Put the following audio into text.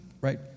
right